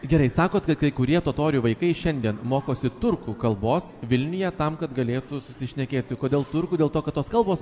gerai sakot kad kai kurie totorių vaikai šiandien mokosi turkų kalbos vilniuje tam kad galėtų susišnekėti kodėl turkų dėl to kad tos kalbos